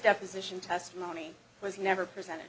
deposition testimony was never presented